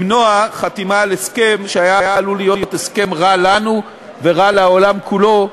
למנוע חתימה על הסכם שהיה עלול להיות הסכם רע לנו ורע לעולם כולו,